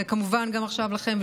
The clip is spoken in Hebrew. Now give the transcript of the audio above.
וכמובן גם עכשיו לכם,